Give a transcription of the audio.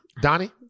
Donnie